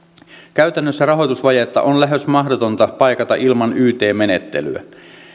käytännössä rahoitusvajetta on lähes mahdotonta paikata ilman yt menettelyä